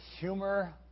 humor